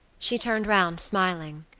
she turned round smiling,